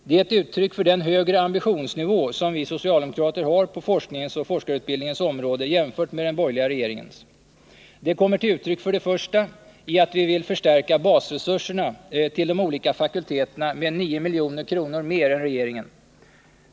Det är ett uttryck för den högre ambitionsnivå som vi socialdemokrater har på forskningens och forskarutbildningens område jämfört med den borgerliga regeringens. Det kommer till uttryck för det första i att vi vill förstärka basresurserna till de olika fakulteterna med 9 milj.kr. mer än regeringen.